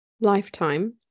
lifetime